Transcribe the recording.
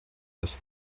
this